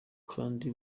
kandi